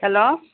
hello